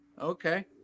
Okay